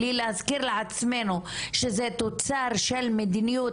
בלי להזכיר לעצמנו שזה תוצר של מדיניות,